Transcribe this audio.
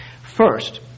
First